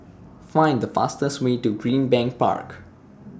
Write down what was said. Find The fastest Way to Greenbank Park